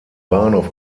bahnhof